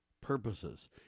purposes